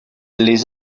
les